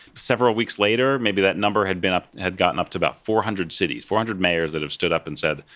several weeks later, maybe that number had been up had gotten up to about four hundred cities, four hundred mayors that have stood up and said,